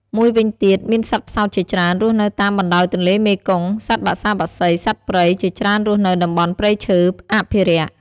មួយវិញទៀត មានសត្វផ្សោតជាច្រើនរស់នៅតាមបណ្តោយទន្លេមេគង្គ សត្វបក្សាបក្សី សត្វព្រៃ ជាច្រើនរស់នៅតំបន់ព្រៃឈើអភិរក្ស។